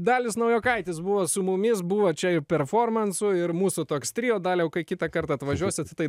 dalius naujokaitis buvo su mumis buvo čia ir performansų ir mūsų toks trio daliau kai kitąkart atvažiuosit tai